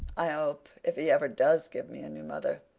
i hope, if he ever does give me a new mother,